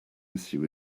issue